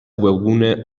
webgune